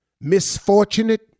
Misfortunate